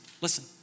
listen